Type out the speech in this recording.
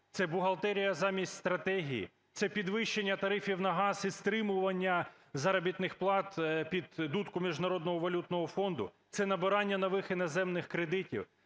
це бухгалтерія замість стратегії; це підвищення тарифів на газ і стримування заробітних плат під дудку Міжнародного валютного фонду; це набирання нових іноземних кредитів;